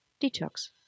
Detox